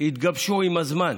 התגבשו עם הזמן,